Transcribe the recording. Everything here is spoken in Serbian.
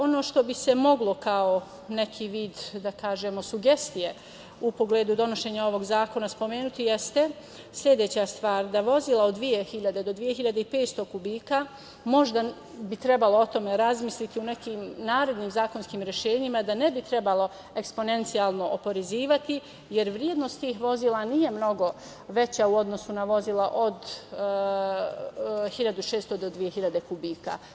Ono što bi se moglo kao neki vid, da kažemo, sugestije u pogledu donošenja ovog zakona spomenuti jeste sledeća stvar, da vozila od dve hiljade, do dve hiljade i petsto kubika možda bi trebalo o tome razmisliti u nekim narednim zakonskim rešenjima, da ne bi trebalo eksponencijalno oporezivati, jer vrednost tih vozila nije mnogo veća u odnosu na vozila od 1600 do 2000 kubika.